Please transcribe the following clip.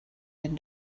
den